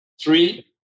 Three